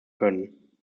können